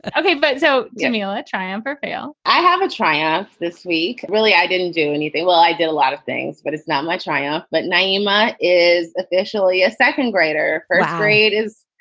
but ok, but so give me a triumph or fail i have a triumph this week. really. i didn't do anything. well, i did a lot of things, but it's not my triumph. but nyima is officially a second grader. fourth grade is.